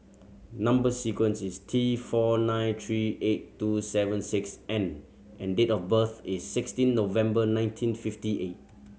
number sequence is T four nine three eight two seven six N and date of birth is sixteen November nineteen fifty eight